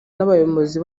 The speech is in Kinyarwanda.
n’abayobozi